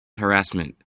harassment